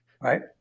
right